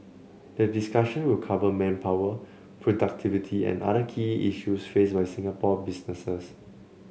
the discussion will cover manpower productivity and other key issues faced by Singapore businesses